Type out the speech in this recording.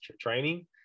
training